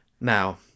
now